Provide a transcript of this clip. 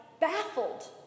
baffled